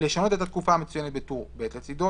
לשנות את התקופה המצוינת בטור ב' לצדו,